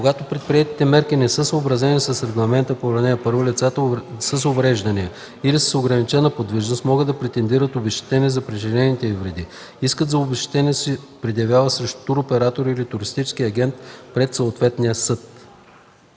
Когато предприетите мерки не са съобразени с регламента по ал. 1, лицата с увреждания или с ограничена подвижност могат да претендират обезщетение за причинените им вреди. Искът за обезщетение се предявява срещу туроператора или туристическия агент пред съответния съд.”